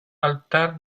altar